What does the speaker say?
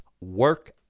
work